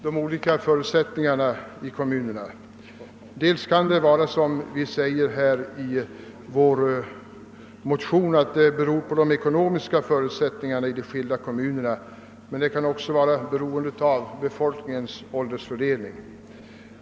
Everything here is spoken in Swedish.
Detta kan, såsom vi säger 1 vår motion, sammanhänga med olika ekonomiska förutsättningar i de skilda kommunerna men kan också bero på befolkningens :åldersfördelning.